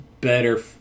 better